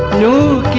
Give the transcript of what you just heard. new